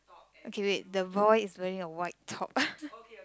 okay wait the boy is wearing a white top